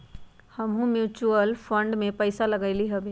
हमहुँ mutual fund में पइसा लगइली हबे